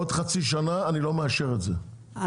עוד חצי שנה אני לא מאשר את זה,